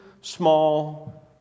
small